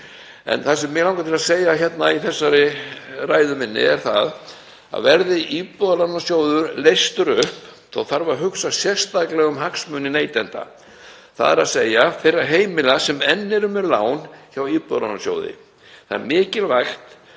En það sem mig langar til að segja hérna í þessari ræðu minni er það að verði Íbúðalánasjóður leystur upp þarf að hugsa sérstaklega um hagsmuni neytenda, þ.e. þeirra heimila sem enn eru með lán hjá Íbúðalánasjóði. Það er mikilvægt